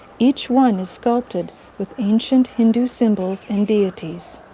each one is sculpted with ancient hindu symbols and dieties.